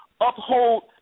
uphold